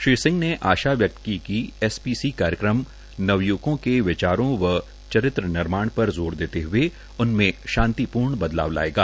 ी संह ने आशा य त क क एसपीसी काय म नवय्वक के वचार व च र नमाण पर जोर देते हुए उनम शां तपूण बदलाव लायेगा